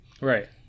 Right